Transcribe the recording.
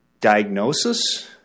diagnosis